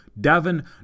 Davin